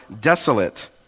desolate